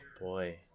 Boy